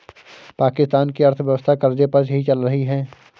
पाकिस्तान की अर्थव्यवस्था कर्ज़े पर ही चल रही है